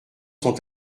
sont